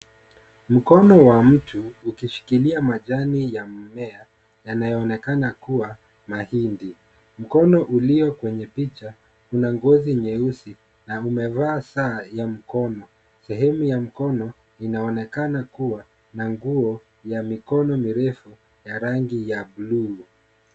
Mkono wa mtu ukishikilia majani ya mmea yanayoonekana kuwa mahindi . Mkono ulio kwenye picha una ngozi nyeusi na umevaa saa ya mkono . Sehemu ya mkono inaonekana kuwa na nguo ya mikono mirefu ya rangi ya bluu.